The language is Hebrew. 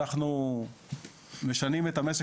אנחנו משנים את המשק,